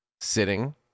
sitting